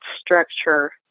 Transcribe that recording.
structure